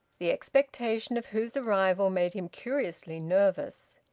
the expectation of whose arrival made him curiously nervous.